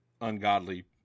ungodly